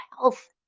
health